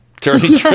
Turning